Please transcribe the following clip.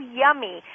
yummy